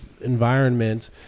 environment